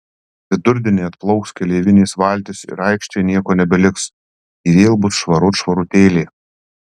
vidurdienį atplauks keleivinės valtys ir aikštėje nieko nebeliks ji vėl bus švarut švarutėlė